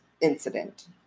incident